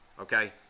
okay